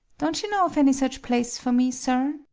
don't you know of any such place for me, sir?